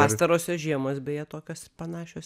pastarosios žiemos beje tokios panašios